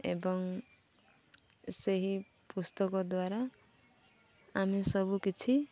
ଏବଂ ସେହି ପୁସ୍ତକ ଦ୍ୱାରା ଆମେ ସବୁକିଛି